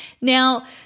Now